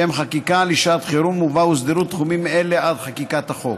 שהם חקיקה לשעת חירום ובה הוסדרו תחומים אלו עד חקיקת החוק.